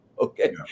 Okay